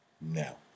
now